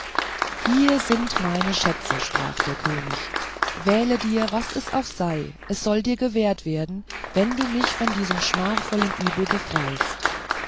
hier sind meine schätze sprach der könig wähle dir was es auch sei es soll dir gewährt werden wenn du mich von diesem schmachvollen übel befreist